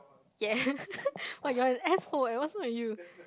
yeah !wah! you're an asshole eh what's wrong with you